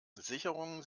sicherungen